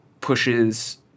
pushes